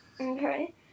Okay